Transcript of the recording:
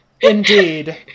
indeed